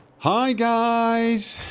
hi guys!